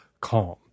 calm